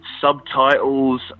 subtitles